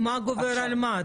מה גובר על מה?